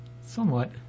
Somewhat